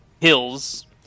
hills